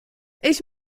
ich